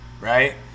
Right